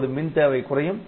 இப்போது மின் தேவை குறையும்